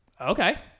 okay